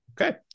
Okay